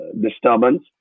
disturbance